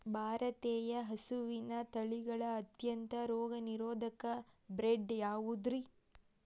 ಭಾರತೇಯ ಹಸುವಿನ ತಳಿಗಳ ಅತ್ಯಂತ ರೋಗನಿರೋಧಕ ಬ್ರೇಡ್ ಯಾವುದ್ರಿ?